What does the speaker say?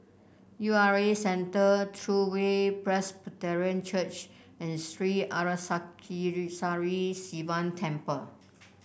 U R A Centre True Way Presbyterian Church and Sri Arasakesari Sivan Temple